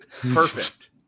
perfect